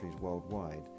worldwide